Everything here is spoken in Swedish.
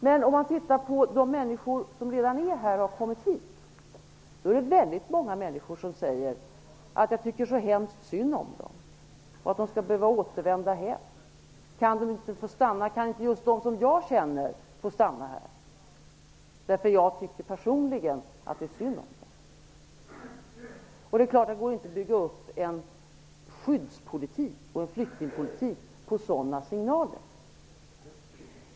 Men om man tittar på de människor som redan är här, som redan har kommit hit, finner man att väldigt många säger: Jag tycker så hemskt synd om dem, om de skall behöva återvända hem. Kan de inte få stanna? Kan inte just de som jag känner få stanna här, för jag tycker personligen att det är synd om dem? Det är klart att det inte går att bygga upp en skyddspolitik och en flyktingpolitik på sådana signaler.